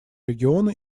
региона